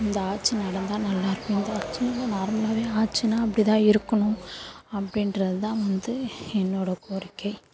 இந்த ஆட்சி நடந்தால் நல்லா இருக்கும் இந்த ஆட்சி வந்தால் நார்மலாகவே ஆட்சின்னால் அப்படிதான் இருக்கணும் அப்படின்றதுதான் வந்து என்னோடய கோரிக்கை